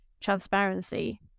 transparency